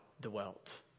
dwelt